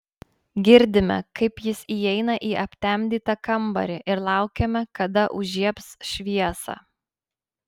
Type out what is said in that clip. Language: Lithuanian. girdime kaip jis įeina į aptemdytą kambarį ir laukiame kada užžiebs šviesą